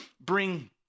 bring